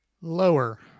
Lower